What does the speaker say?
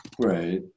Right